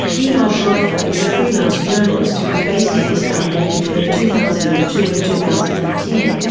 yigal schleifer is a freelance journalist who was based in istanbul between two thousand and two and two thousand and ten,